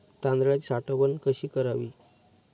तांदळाची साठवण कशी करावी?